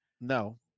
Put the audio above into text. No